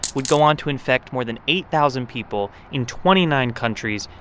would go on to infect more than eight thousand people in twenty nine countries,